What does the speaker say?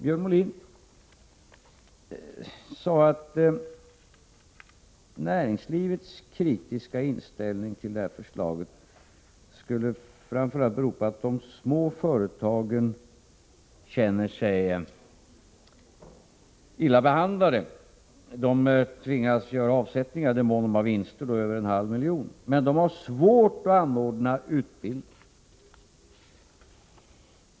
Björn Molin sade att näringslivets kritiska inställning till det här förslaget skulle framför allt bero på att de små företagen känner sig illa behandlade. De tvingas göra avsättningar — i den mån de har vinster över en halv miljon — men de har svårt att anordna utbildning.